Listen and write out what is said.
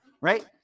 right